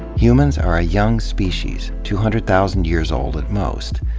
humans are a young species, two hundred thousand years old at most.